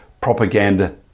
Propaganda